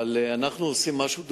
אבל אנחנו עושים משהו דומה,